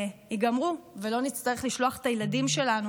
ייגמרו ולא נצטרך לשלוח את הילדים שלנו,